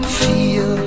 feel